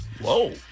Whoa